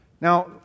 Now